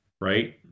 right